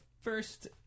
first